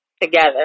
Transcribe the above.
together